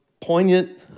poignant